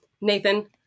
Nathan